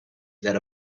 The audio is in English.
that